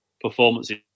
performances